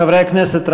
חברי הכנסת,